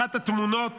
אחת התמונות